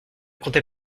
comptez